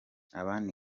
abandi